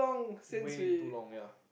way too long ya